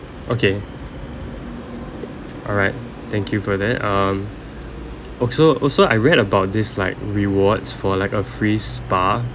okay all right thank you for that um also also I read about this like rewards for like a free spa